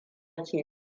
ke